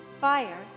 Fire